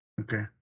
Okay